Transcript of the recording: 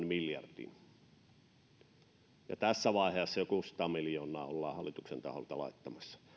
miljardin niin jo tässä vaiheessa kuusisataa miljoonaa ollaan tämän hallituksen taholta laittamassa